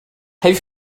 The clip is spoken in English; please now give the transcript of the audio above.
have